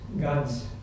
God's